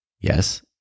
Yes